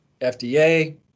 FDA